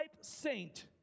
saint